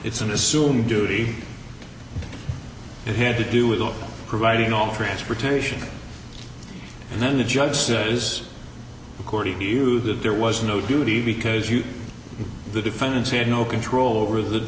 it's an assumed duty it had to do with providing all transportation and then the judge says according to that there was no duty because you the defendants had no control over the